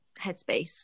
headspace